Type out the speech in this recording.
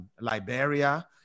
Liberia